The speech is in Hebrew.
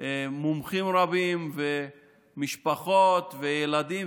מומחים רבים, משפחות וילדים.